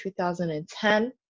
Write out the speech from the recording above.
2010